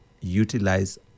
utilize